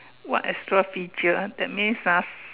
what extra feature that means ah